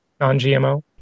non-GMO